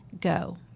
go